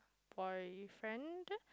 boyfriend